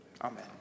Amen